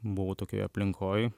buvau tokioje aplinkoj